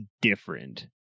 different